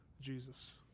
Jesus